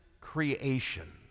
creation